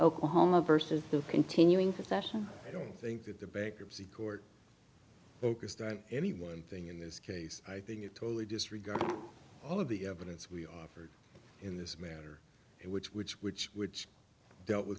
oklahoma versus the continuing possession i don't think that the bankruptcy court focused on any one thing in this case i think it totally disregard all of the evidence we offered in this matter and which which which which dealt with